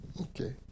Okay